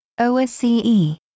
OSCE